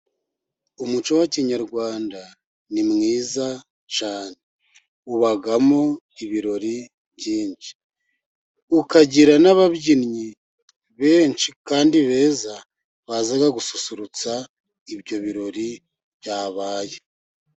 Umuco wa kinyarwanda ni mwiza cyane, ubamo ibirori byinshi, ukagira n'ababyinnyi benshi kandi beza, baza gususurutsa ibyo birori byabaye.